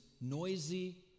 noisy